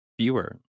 viewer